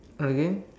again